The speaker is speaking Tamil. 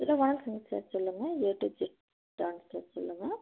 இல்லை வேலை செய் சார் சொல்லுங்கள் ஏடுகே டான்ஸ் க்ளப் சொல்லுங்கள்